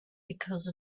because